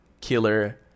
Killer